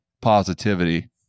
positivity